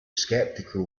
skeptical